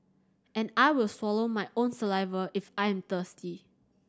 and I will swallow my own saliva if I am thirsty